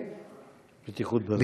והבטיחות בדרכים.